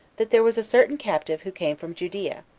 that there was a certain captive who came from judea,